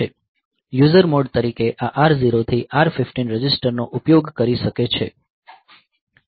user mode તરીકે આ R 0 થી R 15 રજિસ્ટરનો ઉપયોગ કરી શકે છે